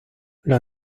los